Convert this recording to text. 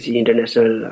international